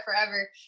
forever